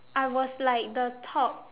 I was like the top